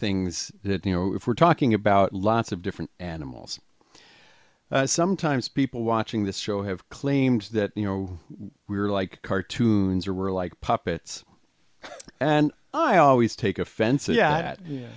things that you know if we're talking about lots of different animals sometimes people watching this show have claims that you know we're like cartoons or we're like puppets and i always take offense oh yeah yeah